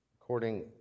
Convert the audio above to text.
According